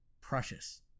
precious